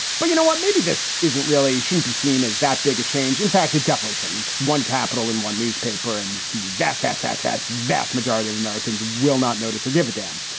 but you know what? maybe this isn't really shouldn't be seen as that big a change. in fact, the definition, it's one capital in one newspaper and the vast, vast, vast, vast, vast majority of americans will not notice or give a them.